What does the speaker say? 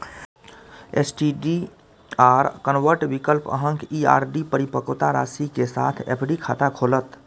STDR convert विकल्प अहांक ई आर.डी परिपक्वता राशि के साथ एफ.डी खाता खोलत